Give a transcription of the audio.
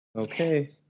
Okay